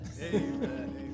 Amen